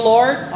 Lord